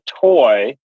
toy